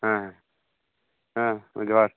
ᱦᱮᱸ ᱦᱮᱸ ᱡᱚᱦᱟᱨ